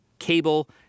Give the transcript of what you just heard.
cable